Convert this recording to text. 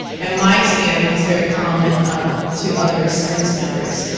and my experience is very common to other service members.